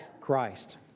Christ